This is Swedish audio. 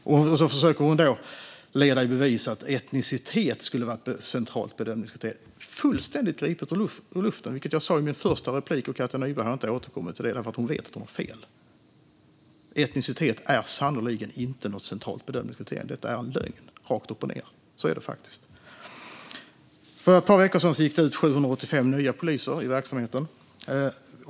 Hon försöker även leda i bevis att etnicitet skulle vara ett centralt bedömningskriterium. Det är fullständigt gripet ur luften, vilket jag sa i mitt första anförande. Katja Nyberg har inte återkommit till det, eftersom hon vet att hon har fel. Etnicitet är sannerligen inte något centralt bedömningskriterium. Det är en lögn, rakt upp och ned. Så är det! För ett par veckor sedan gick 785 nya poliser ut i verksamheten.